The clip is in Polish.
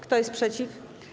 Kto jest przeciw?